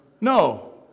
No